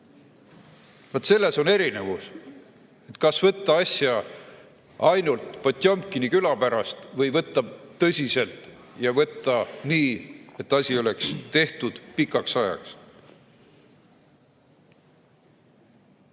Vaat selles on erinevus, kas võtta asja ainult Potjomkini küla pärast või võtta tõsiselt ja võtta nii, et asi oleks tehtud pikaks ajaks.